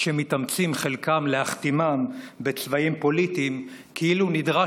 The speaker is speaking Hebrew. שחלקם מתאמצים להכתימם בצבעים פוליטיים כאילו נדרש